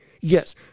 Yes